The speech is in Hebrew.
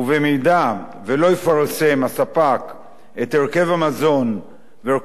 אם הספק לא יפרסם את הרכב המזון ואת